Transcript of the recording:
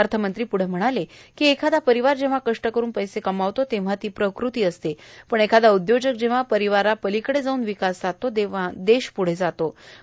अथमंत्री पुढे म्हणाले एखादा र्पारवार जव्हा कष्ट करून पैसे कमावतो तव्हा ती प्रकृती असते पण एखादा उद्योजक जव्हा पर्यारार्पालकड जाऊन विकास साधतो तव्हा देश पुढं जात असतो